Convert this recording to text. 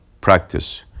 Practice